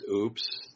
oops